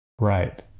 Right